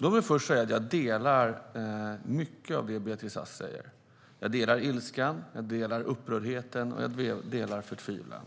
Herr talman! Jag instämmer i mycket av det Beatrice Ask säger. Jag delar ilskan, upprördheten och förtvivlan.